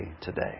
today